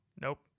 Nope